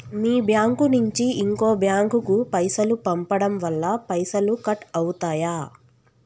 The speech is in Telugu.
మీ బ్యాంకు నుంచి ఇంకో బ్యాంకు కు పైసలు పంపడం వల్ల పైసలు కట్ అవుతయా?